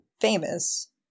famous